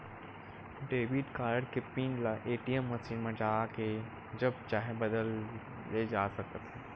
debit card के pin ल ATM machine म जाके जब चाहे बदले जा सकत हे